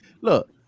Look